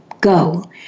go